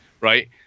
Right